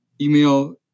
email